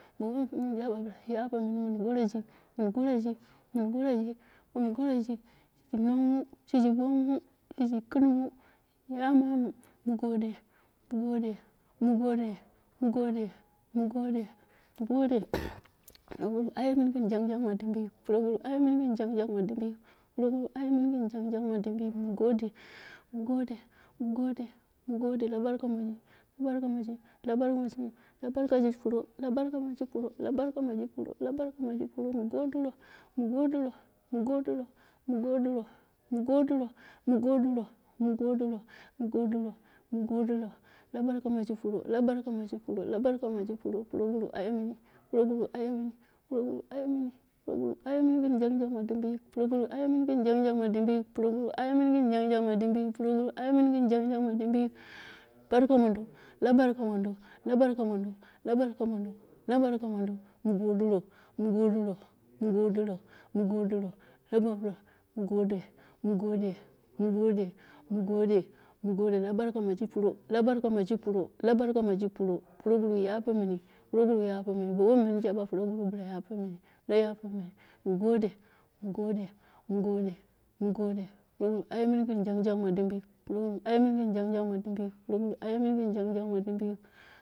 Bo wan mun ya shi yalze muni mun goroji mun yarji mun goroji mun goroi, shiji nungmashiji bongmu, shiri ya mamu, ma gode, mu gode mu gode mu gode, mu gode mu gode, proguru ayu mini gin jang jang ma dimbi yili, proguru aye mini. gɨn jang jang ma dimbiyik, proguru aye mini gin jung jung ma dimbi yiki mu gode mu gode, mu gode, mu gode la bana monji, la barka muji la barku mi ji pmo, la barka mai ji pro, la barka mi ji pro mu godiro mu godiro mu godiro mu godiro, mu godiro, mu godiro mu godiro mu godiro mu godiro mu godiro lu barka ma ji pro la barka ma ji pro, la barka maji pro, proguru aye mini, proguru aye mini, pro guru aye mini, proguru aye mini gɨn jang jang ma dimbiyik, proguru ayu mini gɨn jang jang bu dimbiyik, proguru aye mini gin jang jang ba dimbiyiki proguru aye mini gin jang jang ma dimbiyik, la barka mando, la barka murdo, la barka mondo, la barka mondo, mu godiro, mu godiro mu godiro, mu gode mu gode, mu gode, mu gode, ma gode la barka ma ji pro, la barka maji pro, lu barka ma ji pro, proguru yape mini, proguru yelpe mini, bo wom min jaba proguru bila yape mini bila yape mini, mu gode, mu gode mu gode, mu gode. Proguru aye mini gin jung jang mu dimbiyik, pro guru aye mini gɨn jung jung ma diumbiyik, proguru aye mini yin jang jang ma dimbiyik.